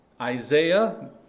Isaiah